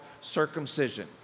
circumcision